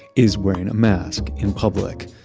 is wearing a mask in public.